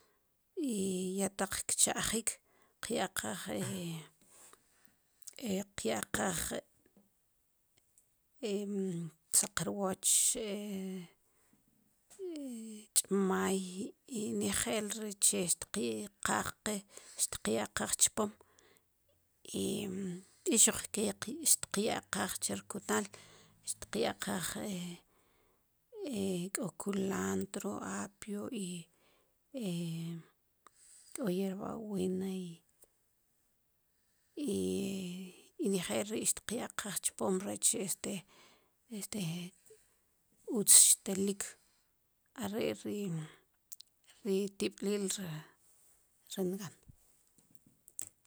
I ya taq kchajik qyaqaj qyaqaj saqrwoch ch'maay i nejel ri che tqaj qe tqyaqaj chpom i xuk ke ki xtqyaqaj che rkunal tqyaqaj k'o kulantro apio i k'o hierbanuena i nejel ri' xtqyaqaj chpom rech este este utz xtelik are' ri tib'lil ri